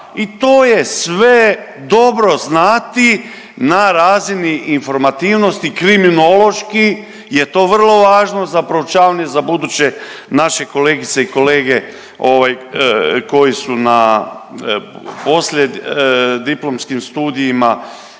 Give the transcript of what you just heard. i to je sve dobro znati na razini informativnosti kriminološki je to vrlo važno za proučavanje, za buduće naše kolegice i kolege koji su na poslije diplomskim studijima